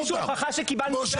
יש למישהו הוכחה שקיבלנו כסף?